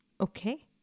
okay